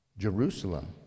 Jerusalem